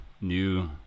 new